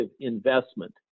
investment